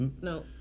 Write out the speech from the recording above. No